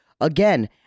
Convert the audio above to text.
again